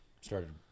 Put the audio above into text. started